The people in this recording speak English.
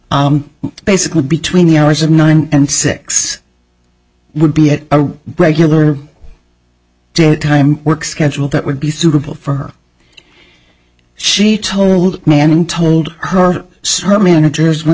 said basically between the hours of nine and six would be a regular day time work schedule that would be suitable for her she told me and told her sir managers when